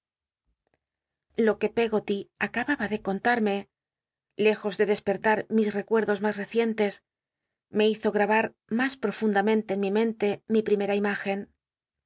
lo que pcggoly aca baba de contarme lejos de despertar mis rer ucrclos mas recientes me hizo gmbar mas profundamente en mi mente mi primera imügen